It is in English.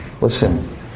Listen